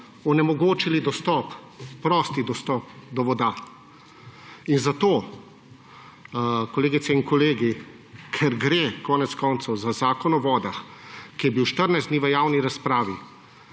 onemogočili dostop, prost dostop do voda. Zato, kolegice in kolegi, ker gre, konec koncev, za Zakon o vodah, ki je bil 14 dni v javni razpravi,